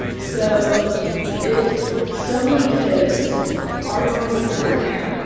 so if so many kids are going to summer camp,